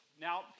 Now